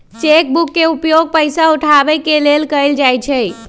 cheque book के उपयोग पइसा उठाबे के लेल कएल जाइ छइ